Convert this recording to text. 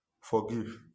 forgive